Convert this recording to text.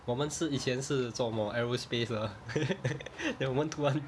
我们是以前是做什么 aerospace 的 ah then 我们突然